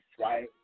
right